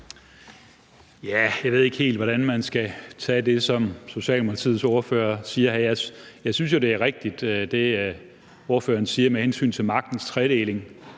Jeg ved ikke helt, hvordan man skal tage det, som Socialdemokratiets ordfører siger. Jeg synes jo, at det er rigtigt, hvad ordføreren siger med hensyn til magtens tredeling.